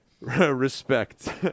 Respect